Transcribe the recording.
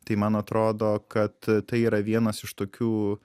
tai man atrodo kad tai yra vienas iš tokių